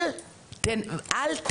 אל,